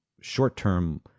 short-term